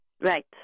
Right